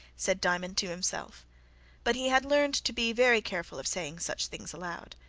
said diamond to himself but he had learned to be very careful of saying such things aloud.